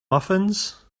muffins